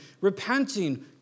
repenting